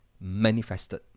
manifested